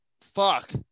fuck